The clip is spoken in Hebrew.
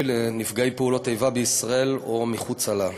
לנפגעי פעולות איבה בישראל או מחוצה לה.